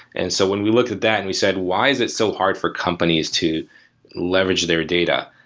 and so when we looked at that and we said, why is it so hard for companies to leverage their data?